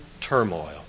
turmoil